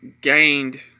gained